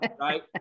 right